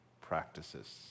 practices